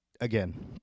again